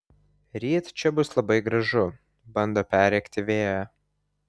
ryt čia bus labai gražu bando perrėkti vėją